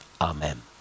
Amen